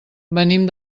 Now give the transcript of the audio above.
venim